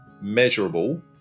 measurable